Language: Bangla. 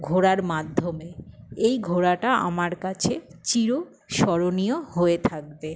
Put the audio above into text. ঘোরার মাধ্যমে এই ঘোরাটা আমার কাছে চিরস্মরণীয় হয়ে থাকবে